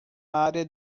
área